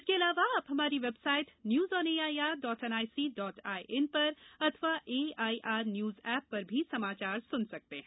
इसके अलावा आप हमारी website news on A I R dot N I C dot I N पर अथवा A I R news app पर भी समाचार सुन सकते हैं